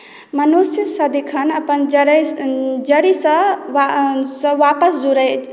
मनुष्य सदखिन अपन जड़ जड़िसँ वापस जुड़ैत